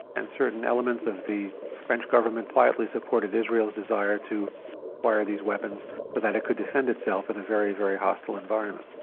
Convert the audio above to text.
and certain elements of the french government quietly supported israel's desire to fire these weapons, so but that it could defend itself in a very, very, hostile environment.